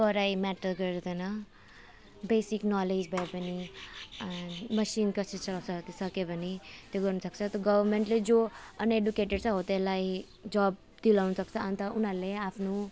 पढाइ म्याटर गर्दैन basic knowledge भयो भने मसिन कसरी चलाउँछ हौ त्यो सक्यो भने त्यो गर्नुसक्छ त गभर्मेन्टले जो अनएडुकेटेट छ हो त्योहरूलाई जब दिलाउनुसक्छ अन्त उनीहरूले आफ्नो